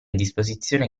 disposizione